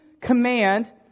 command